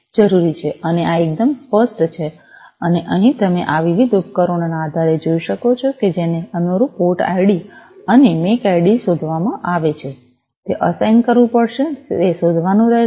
અને આ એકદમ સ્પષ્ટ છે અને અહીં તમે આ વિવિધ ઉપકરણોના આધારે જોઈ શકો છો કે જેને અનુરૂપ પોર્ટ આઈડી અને મેક આઈડી શોધવામાં આવે છે તે અસાઇન કરવું પડશે તે શોધવાનું રહેશે